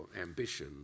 ambition